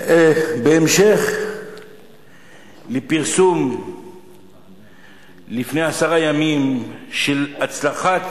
בהמשך לפרסום לפני עשרה ימים על הצלחה,